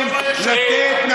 הזה?